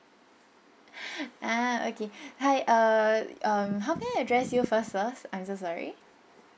ah okay hi uh um how may I address you first sir I am so sorry